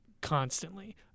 constantly